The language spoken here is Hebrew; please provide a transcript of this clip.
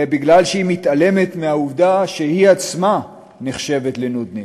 אלא מפני שהיא מתעלמת מהעובדה שהיא עצמה נחשבת לנודניק.